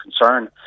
concern